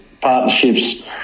partnerships